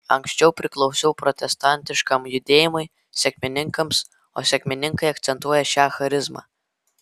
anksčiau priklausiau protestantiškam judėjimui sekmininkams o sekmininkai akcentuoja šią charizmą